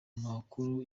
makuru